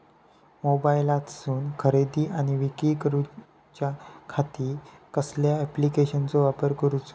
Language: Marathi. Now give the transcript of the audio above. मोबाईलातसून खरेदी आणि विक्री करूच्या खाती कसल्या ॲप्लिकेशनाचो वापर करूचो?